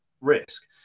risk